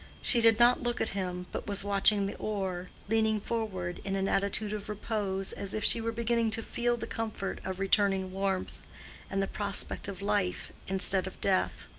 she did not look at him, but was watching the oar, leaning forward in an attitude of repose, as if she were beginning to feel the comfort of returning warmth and the prospect of life instead of death.